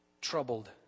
Troubled